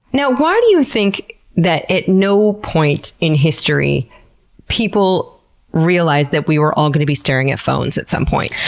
now, why do you think that at no point in history people realized that we were all gonna be staring at phones at some point?